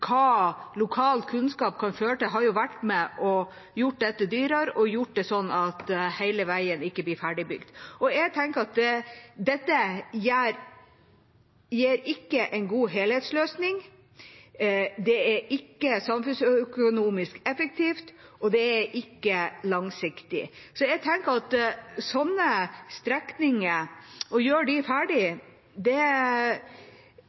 hva lokal kunnskap kan føre til, har jo vært med på å gjøre dette dyrere, og har gjort det slik at ikke hele veien blir ferdig bygd. Jeg tenker at dette gir ikke en god helhetsløsning, det er ikke samfunnsøkonomisk effektivt, og det er ikke langsiktig. Så jeg tenker at det å gjøre slike strekninger ferdige vil gjøre